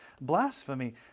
blasphemy